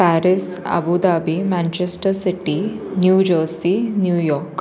Paris Abu Dhabi Manchester city new jersey New York